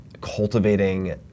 cultivating